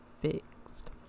fixed